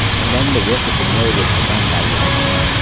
and then the work at the mill was begun by lamplight,